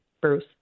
Bruce